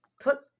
put